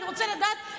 אני רוצה לדעת,